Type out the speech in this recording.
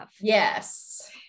yes